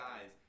guys